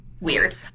weird